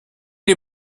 les